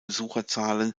besucherzahlen